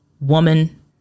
woman